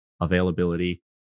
availability